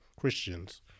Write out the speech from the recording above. Christians